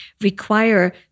require